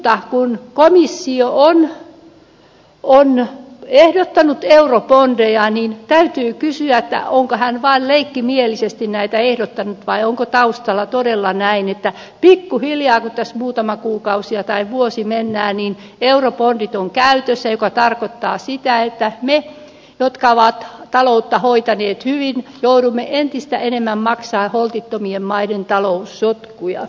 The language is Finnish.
mutta kun komissio on ehdottanut eurobondeja niin täytyy kysyä onko se vain leikkimielisesti näitä ehdottanut vai onko taustalla todella näin että pikkuhiljaa kun tässä muutama kuukausi tai vuosi mennään eurobondit ovat käytössä mikä tarkoittaa sitä että me jotka olemme taloutta hoitaneet hyvin joudumme entistä enemmän maksamaan holtittomien maiden taloussotkuja